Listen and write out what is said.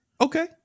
okay